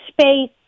space